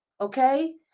Okay